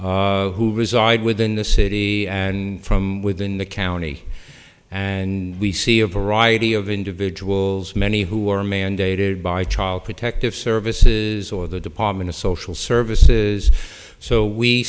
who reside within the city and from within the county and we see a variety of individuals many who are mandated by child protective services or the department of social services so we